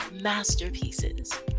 masterpieces